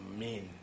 men